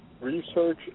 research